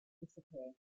disappear